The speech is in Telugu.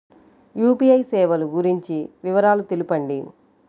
యూ.పీ.ఐ సేవలు గురించి వివరాలు తెలుపండి?